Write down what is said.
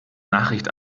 nachricht